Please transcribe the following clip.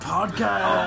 Podcast